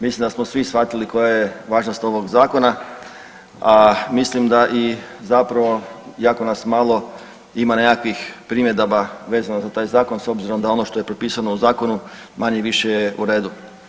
Mislim da smo svi shvatili koja je važnost ovog zakona, a mislim da i zapravo jako nas malo ima nekakvih primjedaba vezano za taj zakon s obzirom da ono što je propisano u zakonu manje-više je u redu.